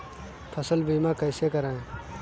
फसल बीमा कैसे कराएँ?